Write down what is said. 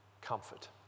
comfort